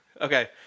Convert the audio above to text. Okay